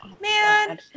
Man